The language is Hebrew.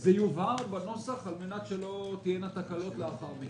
זה יובהר בנוסח על מנת שלא יהיו תקלות לאחר מכן.